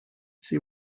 she